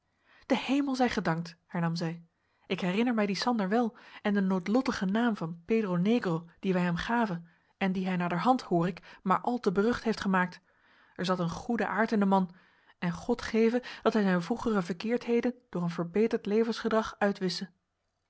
de hemel zij gedankt hernam zij ik herinner mij dien sander wel en den noodlottigen naam van pedro negro dien wij hem gaven en dien hij naderhand hoor ik maar al te berucht heeft gemaakt er zat een goede aard in den man en god geve dat hij zijn vroegere verkeerdheden door een verbeterd levensgedrag uitwissche